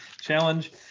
challenge